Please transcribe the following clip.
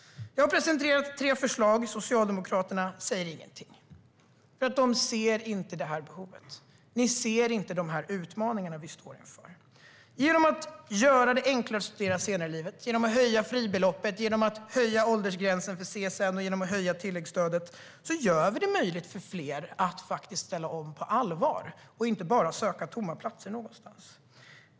Jag har presenterat tre förslag. Socialdemokraterna säger ingenting. De ser inte det här behovet. De ser inte de utmaningar vi står inför. Vi gör det enklare att studera senare i livet. Genom att höja fribeloppet, höja åldersgränsen för CSN och höja tilläggsstödet gör vi det möjligt för fler att ställa om på allvar och inte bara söka tomma platser någonstans.